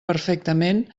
perfectament